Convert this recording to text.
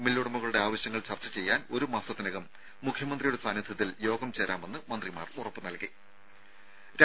മില്ലുടമകളുടെ ആവശ്യങ്ങൾ ചർച്ച ചെയ്യാൻ ഒരു മാസത്തിനകം മുഖ്യമന്ത്രിയുടെ സാന്നിധ്യത്തിൽ യോഗം ചേരാമെന്ന് മന്ത്രിമാർ ഉറപ്പ് നൽകിയിട്ടുണ്ട്